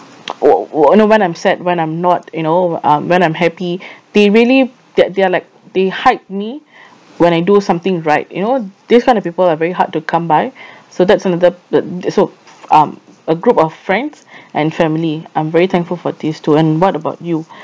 wh~ wh~ you know when I'm sad when I'm not you know uh when I'm happy they really they're they are like they hype me when I do something right you know this kind of people are very hard to come by so that's one of the the the so um a group of friends and family I'm very thankful for these two and what about you